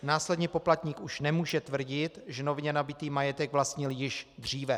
Následně poplatník už nemůže tvrdit, že nově nabytý majetek vlastnil již dříve.